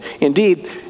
indeed